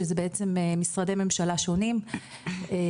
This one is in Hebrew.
שזה בעצם משרדי ממשלה שונים ושוטרים,